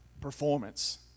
performance